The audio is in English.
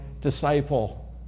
disciple